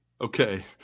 Okay